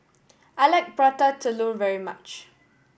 I like Prata Telur very much